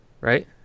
Right